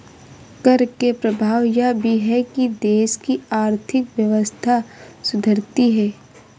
कर के प्रभाव यह भी है कि देश की आर्थिक व्यवस्था सुधरती है